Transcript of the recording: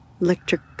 electric